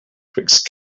twixt